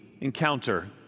encounter